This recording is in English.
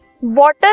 water